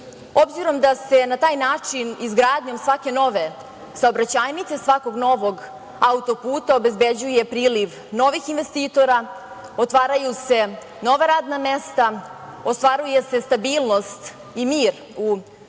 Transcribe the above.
Obzirom da se na taj način izgradnjom svake nove saobraćajnice, svakog novog autoputa obezbeđuje priliv novih investitora, otvaraju se nova radna mesta, ostvaruje se stabilnost i mir u čitavom